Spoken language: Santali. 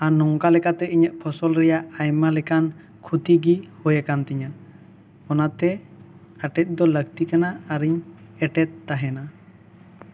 ᱟᱨ ᱱᱚᱝᱠᱟ ᱞᱮᱠᱟᱛᱮ ᱤᱧᱟᱹᱜ ᱯᱷᱚᱥᱚᱞ ᱨᱮᱭᱟᱜ ᱟᱭᱢᱟ ᱞᱮᱠᱟᱱ ᱠᱷᱩᱛᱤ ᱜᱤ ᱦᱩᱭ ᱟᱠᱟᱱ ᱛᱤᱧᱟᱹ ᱚᱱᱟᱛᱮ ᱮᱴᱮᱫ ᱫᱚ ᱞᱟᱹᱠᱛᱤ ᱠᱟᱱᱟ ᱟᱨ ᱤᱧ ᱮᱴᱮᱫ ᱮᱫ ᱛᱟᱦᱮᱱᱟ